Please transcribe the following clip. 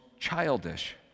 childish